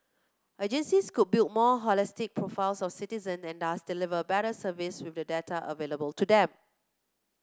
agencies could build more holistic profiles of citizen and thus deliver better service with the data available to them